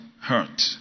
hurt